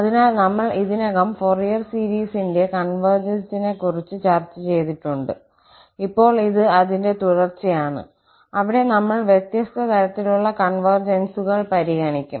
അതിനാൽ നമ്മൾ ഇതിനകം ഫൊറിയർ സീരീസിന്റെ കോൺവെർജൻസിനെക്കുറിച്ച് ചർച്ച ചെയ്തിട്ടുണ്ട് ഇപ്പോൾ ഇത് അതിന്റെ തുടർച്ചയാണ് അവിടെ നമ്മൾ വ്യത്യസ്ത തരത്തിലുള്ള കോൺവെർജൻസുകൾ പരിഗണിക്കും